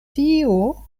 tio